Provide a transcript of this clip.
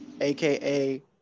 aka